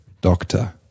Doctor